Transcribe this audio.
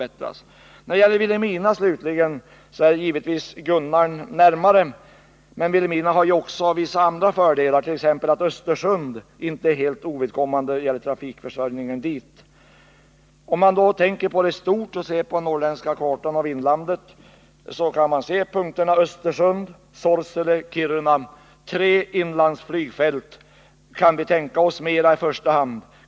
Vad beträffar Vilhelmina, slutligen, ligger givetvis Gunnarn närmare, men Vilhelmina har ju vissa andra fördelar, t.ex. att Östersund inte är helt ovidkommande när det gäller trafikförsörjningen dit. Om man tänker i stort på det norrländska inlandet kan man på kartan se punkterna Östersund, Sorsele och Kiruna — tre inlandsflygfält. Kan vi tänka oss mera i första hand?